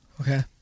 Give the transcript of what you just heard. Okay